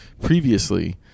previously